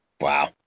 Wow